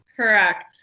Correct